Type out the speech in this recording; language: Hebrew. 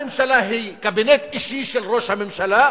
הממשלה היא קבינט אישי של ראש הממשלה,